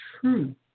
truth